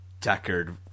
Deckard